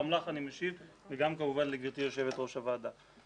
וגם כמובן לגברתי יושבת ראש הוועדה.